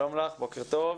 שלום לך, בוקר טוב.